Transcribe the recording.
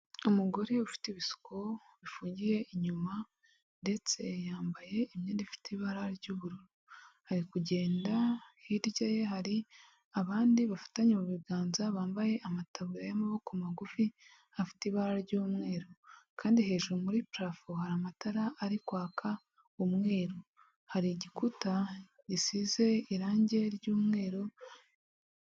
Umugore ufite ibisuko bifungiye inyuma ndetse yambaye imyenda ifite ibara ry'ubururu, ari kugenda hirya ye hari abandi bafatanye mu biganza bambaye amataburiya y'amaboko magufi afite ibara ry'umweru, kandi hejuru muri prafo hari amatara ari kwaka umweru, hari igikuta gisize irangi ry'umweru.